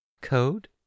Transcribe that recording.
Code